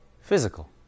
Physical